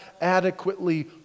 adequately